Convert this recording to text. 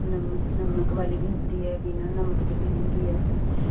ਨਮ ਨਮਕ ਵਾਲੀ ਵੀ ਹੁੰਦੀ ਹੈ ਬਿਨਾ ਨਮਕ ਤੋਂ ਵੀ ਹੁੰਦੀ ਹੈ